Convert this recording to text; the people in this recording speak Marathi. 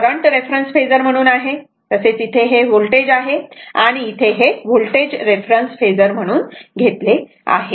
हे करंट रेफरन्स फेजर म्हणून आहे इथे हे व्होल्टेज आहे कारण इथे व्होल्टेज रेफरन्स फेजर म्हणून घेतले आहे